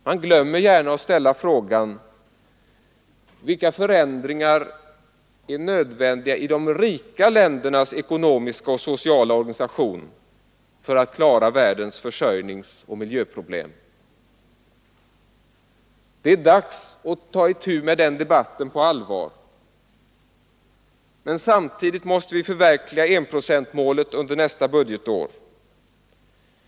Man glömmer gärna att ställa frågan: Vilka förändringar är nödvändiga i de rika ländernas ekonomiska och sociala organisation för att klara världens försörjningsoch miljöproblem? Det är dags att ta itu med den debatten på allvar. Men samtidigt måste vi förverkliga enprocentsmålet under nästa budgetår.